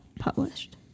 published